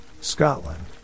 Scotland